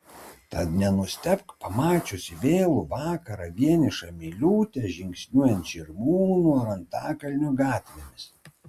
tad nenustebk pamačiusi vėlų vakarą vienišą miliūtę žingsniuojant žirmūnų ar antakalnio gatvėmis